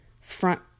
front